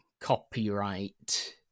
copyright